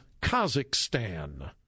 Kazakhstan